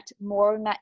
more